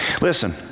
Listen